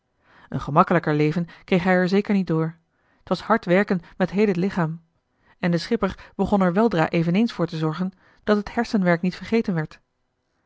een gemakkelijker leven kreeg hij er zeker niet door t was hard werken met heel het lichaam en de schipper begon er weldra eveneens voor te zorgen dat het hersenwerk niet vergeten werd